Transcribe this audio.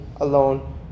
alone